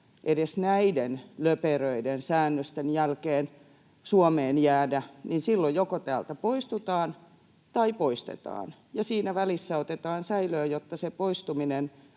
edes näiden löperöiden säännösten jälkeen Suomeen jäädä, silloin joko täältä poistutaan tai poistetaan, ja siinä välissä otetaan säilöön, jotta se poistuminen